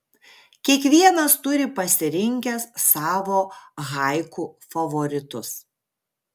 kiekvienas turi pasirinkęs savo haiku favoritus